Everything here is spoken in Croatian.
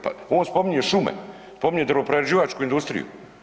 Pa on spominje šume, spominje drvoprerađivačku industriju.